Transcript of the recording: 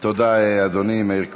תודה, אדוני מאיר כהן.